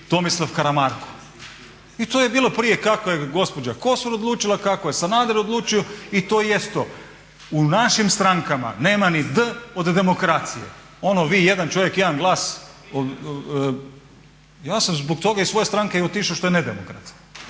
Tomislav Karamarko. I to je bilo prije kako je gospođa Kosor odlučila, kako je Sanader odlučio i to jest to. U našim strankama nema ni "d" od demokracije. Ono vi jedan čovjek, jedan glas. Ja sam zbog toga iz svoje stranke i otišao što je nedemokratska,